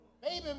Baby